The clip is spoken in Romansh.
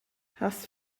has